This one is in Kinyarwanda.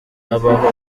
habaho